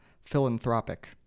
philanthropic